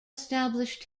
established